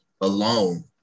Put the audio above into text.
alone